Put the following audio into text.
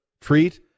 treat